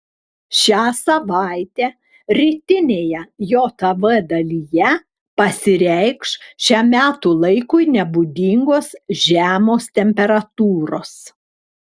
šią savaitę rytinėje jav dalyje pasireikš šiam metų laikui nebūdingos žemos temperatūros